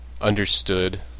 understood